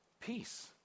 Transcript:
peace